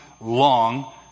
long